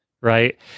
right